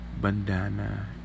bandana